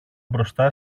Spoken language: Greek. μπροστά